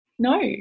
No